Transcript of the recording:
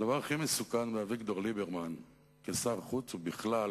הדבר הכי מסוכן באביגדור ליברמן כשר החוץ ובכלל,